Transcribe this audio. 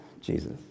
Jesus